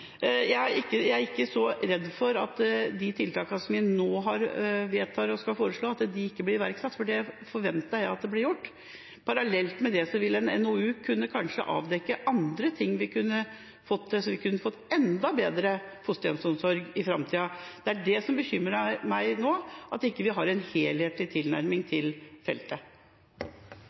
Jeg er ikke så redd for at de tiltakene som vi nå har foreslått og skal vedta, ikke blir iverksatt, for det forventer jeg blir gjort. Parallelt med det vil en NOU kanskje kunne avdekke andre ting vi kunne fått til, slik at vi kunne fått enda bedre fosterhjemsomsorg i framtida. Det som bekymrer meg nå, er at vi ikke har en helhetlig tilnærming til feltet.